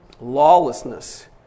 Lawlessness